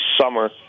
summer